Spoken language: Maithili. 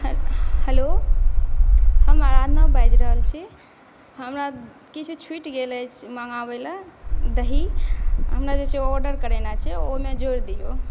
हँ हेलो हम अराधना बाजि रहल छी हमरा किछु छुटि गेल अछि मँगाबय लए दही हमरा जे छै औडर कयने छै ओहिमे जोड़ि दियौ